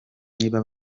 niba